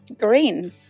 green